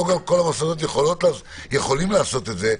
לא כל המוסדות יכולים לעשות את זה,